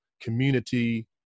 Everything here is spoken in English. community